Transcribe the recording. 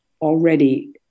already